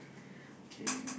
okay